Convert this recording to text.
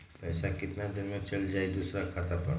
पैसा कितना दिन में चल जाई दुसर खाता पर?